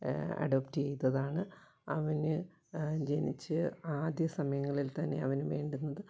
adopt ചെയ്തതാണ് അവന് ജനിച്ച് ആദ്യ സമയങ്ങളിൽ തന്നെ അവന് വേണ്ടുന്നത്